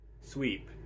Sweep